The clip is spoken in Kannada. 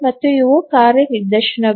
ಮತ್ತು ಇವು ಕಾರ್ಯ ನಿದರ್ಶನಗಳು